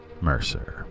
Mercer